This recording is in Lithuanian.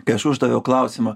kai aš uždaviau klausimą